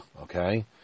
okay